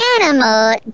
animal